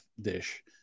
dish